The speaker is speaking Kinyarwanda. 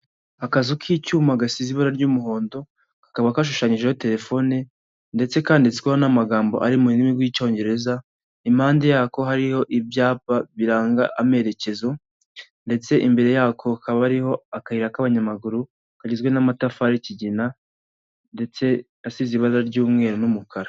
Akazu k'icyuma gasize ibara ry'umuhondo, kakaba gashushanyijeho telefone ndetse kandiditsweho n'amagambo ari mu rurimi rw'Icyongereza, impande yako hariho ibyapa biranga amerekezo, ndetse imbere yako hakaba hariho akayira k'abanyamaguru, kagizwe n'amatafari y'ikigina ndetse asize ibara ry'umweru n'umukara.